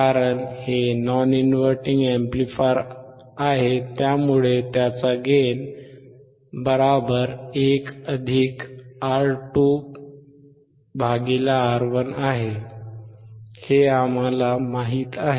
कारण हे non inverting amplifier आहे त्यामुळे त्याचा गेन 1R2R1 होईल हे आम्हाला माहीत आहे